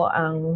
ang